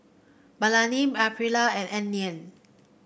Balina Aprilia and Anlene